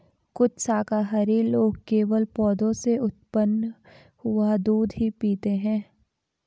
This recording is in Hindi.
कुछ शाकाहारी लोग केवल पौधों से उत्पन्न हुआ दूध ही पीते हैं